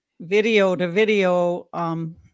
video-to-video